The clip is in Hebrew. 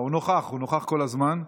הוא נוכח כל הזמן.